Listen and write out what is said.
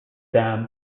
dam